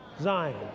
Zion